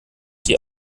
die